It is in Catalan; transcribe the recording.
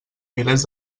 milers